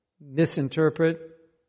misinterpret